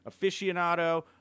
aficionado